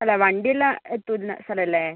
അല്ല വണ്ടിയെല്ലാം എത്തുന്ന സ്ഥലം അല്ലേ